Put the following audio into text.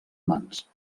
mans